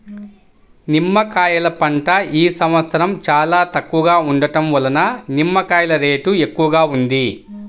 నిమ్మకాయల పంట ఈ సంవత్సరం చాలా తక్కువగా ఉండటం వలన నిమ్మకాయల రేటు ఎక్కువగా ఉంది